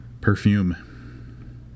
Perfume